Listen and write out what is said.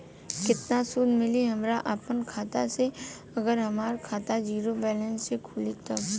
केतना सूद मिली हमरा अपना खाता से अगर हमार खाता ज़ीरो बैलेंस से खुली तब?